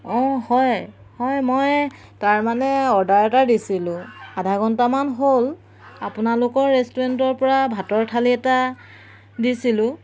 অঁ হয় হয় মই তাৰমানে অৰ্ডাৰ এটা দিছিলোঁ আধা ঘণ্টামান হ'ল আপোনালোকৰ ৰেষ্টুৰেণ্টৰ পৰা ভাতৰ থালি এটা দিছিলোঁ